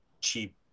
cheap